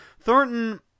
Thornton